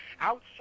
Outside